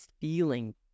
feeling